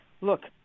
look